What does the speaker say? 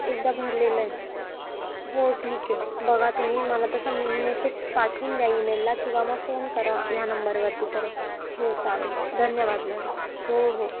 एकदा भरलेलं आहे हो ठीक आहे बघा तुम्ही मला तसं मेसेज पाठवून द्या ईमेलला किंवा मग फोन करा ह्या नंबरवरती परत हो चालेल धन्यवाद मॅडम हो हो